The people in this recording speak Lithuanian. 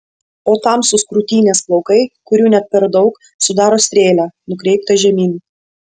o tamsūs krūtinės plaukai kurių ne per daug sudaro strėlę nukreiptą žemyn